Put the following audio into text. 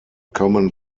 common